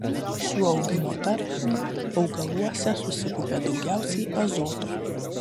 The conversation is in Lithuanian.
šiuo augimo tarpsniu augaluose susikaupia daugiausiai azoto